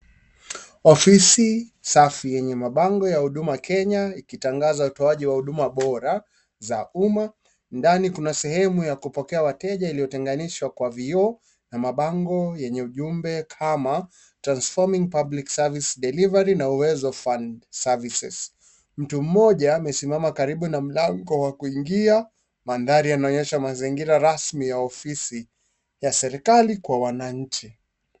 Ofisi safi yenye mabango ya huduma Kenya ikitangaza utoaji wa huduma bora za umma ndani kuna sehemu ya kupokea wateja iliyotenganishwa kwa vioo na mabango yenye ujumbe kama transforming public service delivery na uwezo fund services mtu mmoja amesimama karibu na mlango wa kuingia mandari yanaonyesha mazingira rasmi ya ofisi ya serikali kwa wananchi.